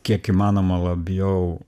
kiek įmanoma labiau